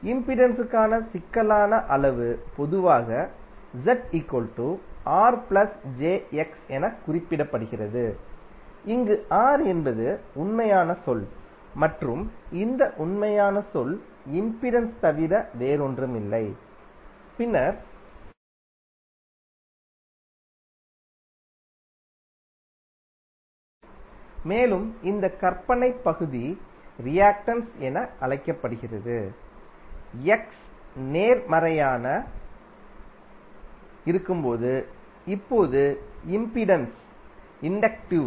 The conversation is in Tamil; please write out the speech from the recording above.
இம்பிடன்ஸுக்கான சிக்கலான அளவு பொதுவாக என குறிப்பிடப்படுகிறது இங்கு R என்பது உண்மையான சொல் மற்றும் இந்த உண்மையான சொல் இம்பிடன்ஸ் காலத்தின் ரெசிஸ்டென்ஸ் தவிர வேறொன்றுமில்லை பின்னர் X இது Z இன் கற்பனையான பகுதியாகும் மேலும் இந்த கற்பனை பகுதி ரியாக்டென்ஸ் என அழைக்கப்படுகிறது X நேர்மறையாக இருக்கும்போது இப்போது இம்பிடன்ஸ் இன்டக்டிவ்